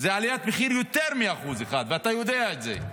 זו עליית מחיר ביותר מ-1%, ואתה יודע את זה.